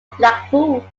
blackpool